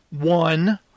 one